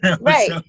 Right